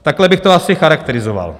Takhle bych to asi charakterizoval.